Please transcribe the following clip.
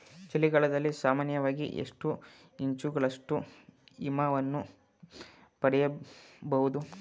ಚಳಿಗಾಲದಲ್ಲಿ ಸಾಮಾನ್ಯವಾಗಿ ಎಷ್ಟು ಇಂಚುಗಳಷ್ಟು ಹಿಮವನ್ನು ಪಡೆಯಬಹುದು?